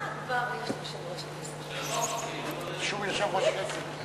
מה כבר יש ליושב-ראש הכנסת, שום יושב-ראש כנסת.